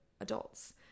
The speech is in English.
adults